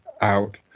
out